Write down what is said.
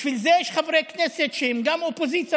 בשביל זה יש חברי כנסת שהם גם אופוזיציה